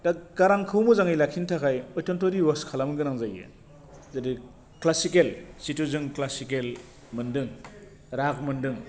दा गारांखौ मोजाङै लाखिनो थाखाय अयथनथरि वास खालामनो गोनां जायो जुदि क्लासिकेल जिथु जों क्लासिकेल मोनदों राग मोनदों